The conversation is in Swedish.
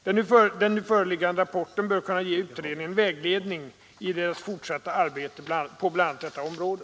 Den nu föreliggande rapporten bör kunna ge utredningen vägledning i dess fortsatta arbete på bl.a. detta område.